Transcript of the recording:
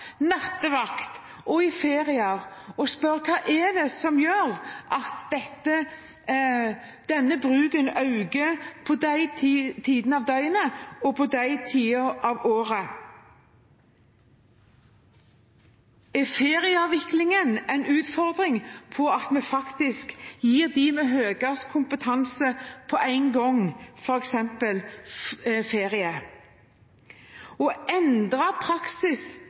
og i ferier og spørre: Hva er det som gjør at denne bruken øker på de tidene av døgnet og på de tidene av året? Er ferieavviklingen en utfordring med tanke på at vi faktisk gir dem med høyest kompetanse